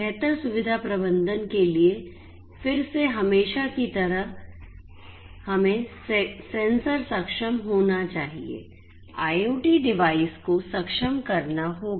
बेहतर सुविधा प्रबंधन के लिए फिर से हमेशा की तरह हमें सेंसर सक्षम होना चाहिए IoT डिवाइस को सक्षम करना होगा